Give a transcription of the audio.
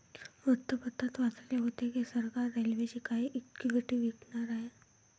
वृत्तपत्रात वाचले होते की सरकार रेल्वेची काही इक्विटी विकणार आहे